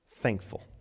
thankful